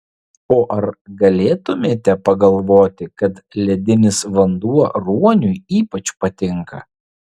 o ar galėtumėte pagalvoti kad ledinis vanduo ruoniui ypač patinka